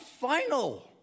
final